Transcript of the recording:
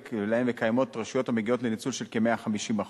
ויש רשויות המגיעות לניצול של כ-150%.